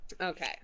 Okay